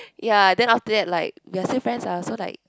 ya then after that like we're still friends ah so like